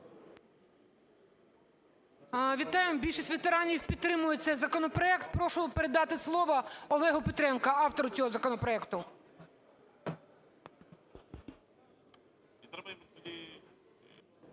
Вітаю. Більшість ветеранів підтримують цей законопроект. Прошу передати слово Олегу Петренку, автору цього законопроекту.